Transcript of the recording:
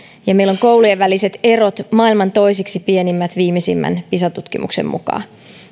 ja meillä ovat koulujen väliset erot maailman toiseksi pienimmät viimeisimmän pisa tutkimuksen mukaan